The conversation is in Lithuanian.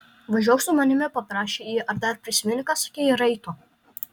važiuok su manimi paprašė ji ar dar prisimeni ką sakei raito